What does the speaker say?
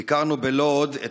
ביקרנו בלוד את